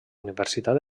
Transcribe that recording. universitat